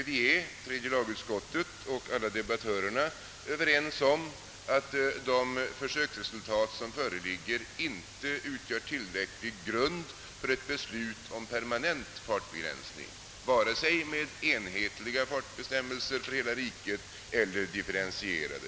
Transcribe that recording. Både tredje lagutskottet och debattörerna är överens om att de försöksresultat som föreligger inte utgör tillräcklig grund för ett beslut om permanent fartbegränsning, vare sig enhetlig fartbegränsning för hela riket eller differentierad.